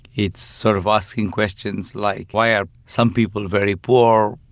it's sort of asking questions like, why are some people very poor?